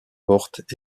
portes